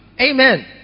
Amen